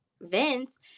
vince